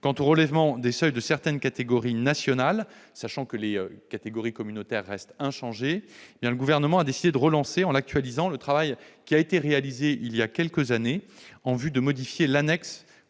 Quant au relèvement des seuils pour certaines catégories nationales, sachant que les catégories communautaires restent inchangées, le Gouvernement a décidé de relancer, en l'actualisant, le travail qui a été réalisé il y a quelques années en vue de modifier l'annexe